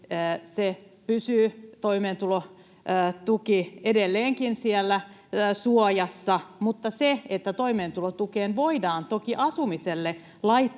toimeentulotuki pysyy edelleenkin siellä suojassa. Mutta se, että toimeentulotukeen voidaan toki asumiselle